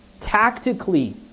Tactically